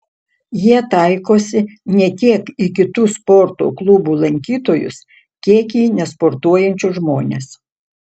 jie taikosi ne tiek į kitų sporto klubų lankytojus kiek į nesportuojančius žmones